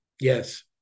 yes